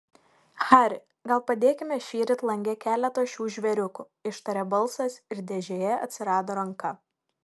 hari gal padėkime šįryt lange keletą šių žvėriukų ištarė balsas ir dėžėje atsirado ranka